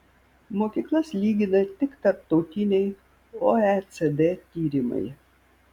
mokyklas lygina tik tarptautiniai oecd tyrimai